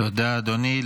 תודה, אדוני.